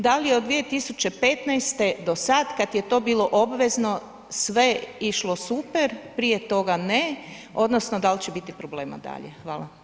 Da li od 2015. do sada kada je to bilo obvezno sve išlo super, prije toga ne odnosno da li će biti problema dalje?